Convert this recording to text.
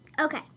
Okay